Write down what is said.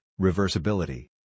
reversibility